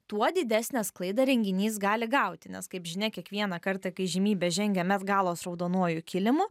tuo didesnę sklaidą renginys gali gauti nes kaip žinia kiekvieną kartą kai įžymybė žengia met galos raudonuoju kilimu